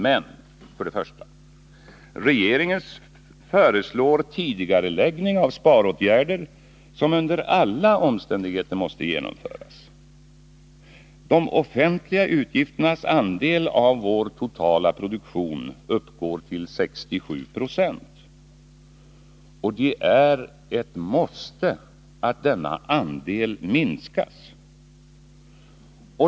Men, för det första, regeringen föreslår tidigareläggning av sparåtgärder som under alla omständigheter måste genomföras. De offentliga utgifternas andel av vår totala produktion uppgår till 67 90, och det är ett måste att denna andel minskas.